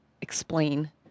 explain